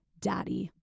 daddy